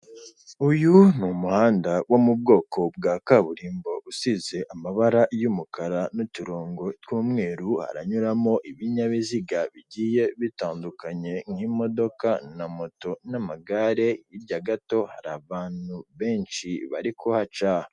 Uyu ni umuhanda wo mu bwoko bwa kaburimbo usize amabara y'umukara n'uturongo tw'umweru, haranyuramo ibinyabiziga bigiye bitandukanye nk'imodoka na moto n'amagare, hirya gato hari abantu benshi bari kuhaca.